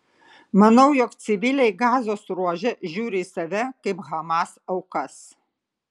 manau jog civiliai gazos ruože žiūri į save kaip hamas aukas